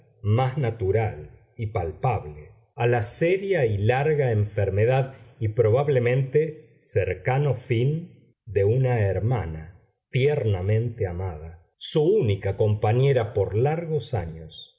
más natural y palpable a la seria y larga enfermedad y probablemente cercano fin de una hermana tiernamente amada su única compañera por largos años